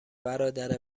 برادر